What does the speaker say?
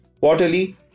quarterly